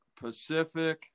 Pacific